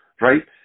right